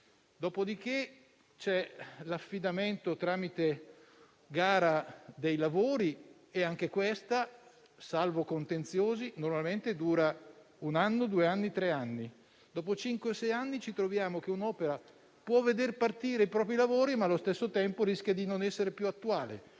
Dopodiché, c'è l'affidamento tramite gara dei lavori e anche questa - salvo contenziosi - normalmente dura uno, due, tre anni e dopo cinque-sei anni ci troviamo davanti a un'opera che può veder partire i propri lavori ma che allo stesso tempo rischia di non essere più attuale.